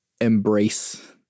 embrace